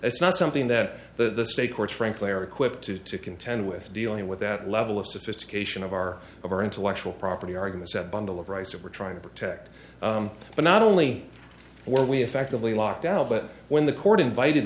it's not something that the state courts frankly are equipped to contend with dealing with that level of sophistication of our of our intellectual property arguments that bundle of rights that we're trying to protect but not only were we effectively locked out of it when the court invited